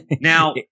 Now